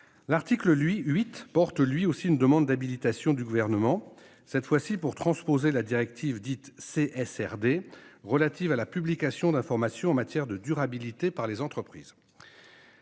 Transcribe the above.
L'article lui huit porte lui aussi une demande d'habilitation du gouvernement cette fois-ci pour transposer la directive dite c'est SRD relative à la publication d'informations en matière de durabilité par les entreprises.